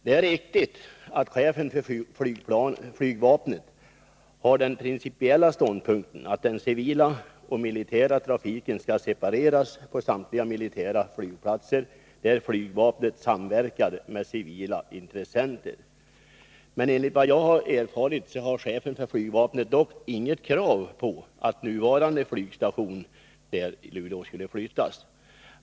Det är riktigt att chefen för flygvapnet har den principiella ståndpunkten att den civila och militära trafiken skall separeras på samtliga militära flygplatser där flygvapnet samverkar med civila intressenter. Enligt vad jag har erfarit har chefen för flygvapnet dock inget krav på att nuvarande flygstation i Luleå skall flyttas.